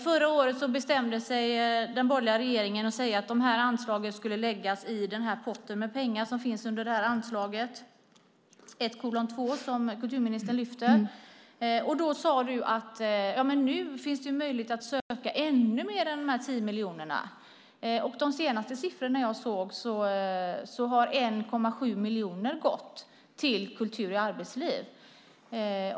Förra året bestämde sig den borgerliga regeringen för att det här anslaget skulle läggas i den pott med pengar som finns under anslaget 1:2, som kulturministern här lyfte fram. Lena Adelsohn Liljeroth, du sade att det nu finns möjligheter att söka ännu mer pengar än de 10 miljonerna. Men enligt de senaste siffrorna jag sett har 1,7 miljoner gått till anslagsposten Kultur i arbetslivet.